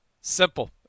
Simple